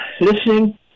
listening